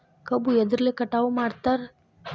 ಕಬ್ಬು ಎದ್ರಲೆ ಕಟಾವು ಮಾಡ್ತಾರ್?